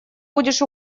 будешь